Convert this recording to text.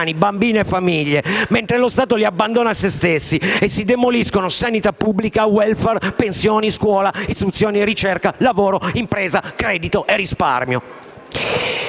bambini e famiglie), mentre lo Stato li abbandona a se stessi e si demoliscono sanità pubblica, *welfare*, pensioni, scuola, istruzione, ricerca, lavoro, impresa, credito e risparmio.